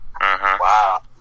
wow